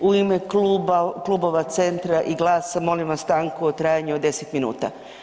U ime Klubova Centra i GLAS-a molim vas stanku u trajanju od 10 minuta.